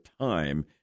time